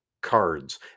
cards